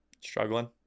Struggling